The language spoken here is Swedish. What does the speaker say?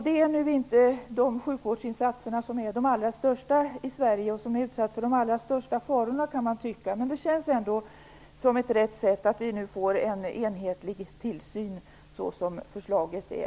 Det är nu inte de allra största sjukvårdsinsatserna, som utsätts för de allra största farorna. Det känns ändå riktigt att vi nu får en enhetlig tillsyn såsom förslaget är.